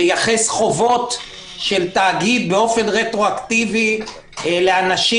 לייחס חובות של תאגיד באופן רטרואקטיבי לאנשים,